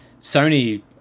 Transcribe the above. sony